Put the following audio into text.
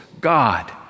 God